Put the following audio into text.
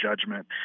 judgment